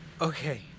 Okay